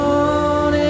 on